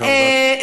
חברת הכנסת.